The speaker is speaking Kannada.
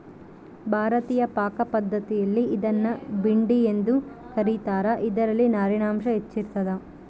ಭಾರತೀಯ ಪಾಕಪದ್ಧತಿಯಲ್ಲಿ ಇದನ್ನು ಭಿಂಡಿ ಎಂದು ಕ ರೀತಾರ ಇದರಲ್ಲಿ ನಾರಿನಾಂಶ ಹೆಚ್ಚಿರ್ತದ